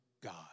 God